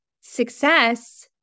success